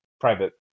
private